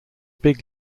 big